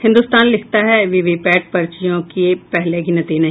हिन्दुस्तान लिखता है वीवीपैट पर्चियों की पहले गिनती नहीं